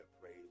Praise